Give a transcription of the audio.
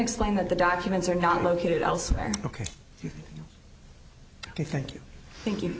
explain that the documents are not located elsewhere ok thank you thank you